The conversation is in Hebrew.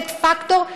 לתת פקטור,